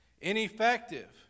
ineffective